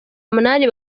munini